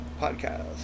podcasts